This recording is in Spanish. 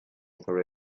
sobre